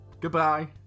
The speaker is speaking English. Goodbye